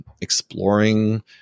exploring